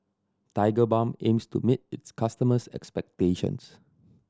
Tigerbalm aims to meet its customers' expectations